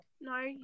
no